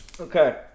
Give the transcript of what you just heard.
okay